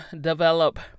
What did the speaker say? develop